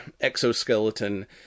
exoskeleton